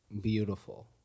Beautiful